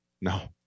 no